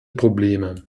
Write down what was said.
probleme